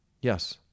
Yes